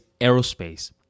aerospace